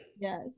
Yes